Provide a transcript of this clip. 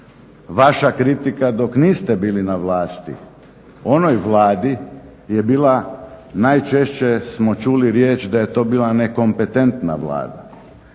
Vaša kritika dok niste bili na vlasti onoj Vladi je bila najčešće smo čuli riječ da je to bila nekompetentna Vlada.